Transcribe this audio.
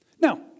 Now